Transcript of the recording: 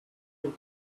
you